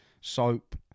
Soap